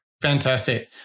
Fantastic